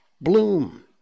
Bloom